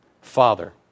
Father